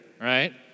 right